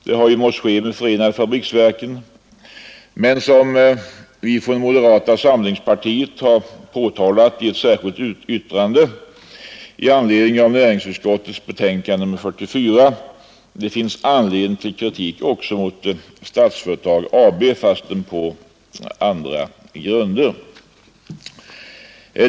Det har ju måst ske med förenade fabriksverken, men, som vi från moderata samlingspartiet påtalat i ett särskilt yttrande med anledning av näringsutskottets betänkande nr 44, det finns anledning till kritik också mot Statsföretag AB, fastän på andra grunder.